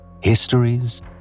histories